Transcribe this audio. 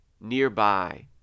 nearby